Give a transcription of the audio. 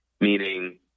meaning